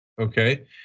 okay